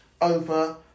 over